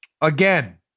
Again